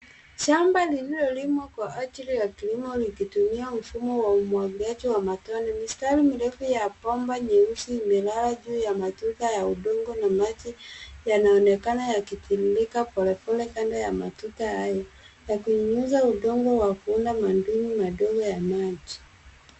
Shamba lililolimwa kwa ajili ya kilimo likitumia mfumo wa umwagiliaji wa matone, mistari mirefu ya bomba nyeusi imelala juu ya matuta ya udongo na maji yanaonekana yakitiririka polepole kando ya matuta hayo ya kunyunyiza udongo wa kuunda madumu madogo ya maji.